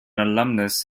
alumnus